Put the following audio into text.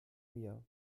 mir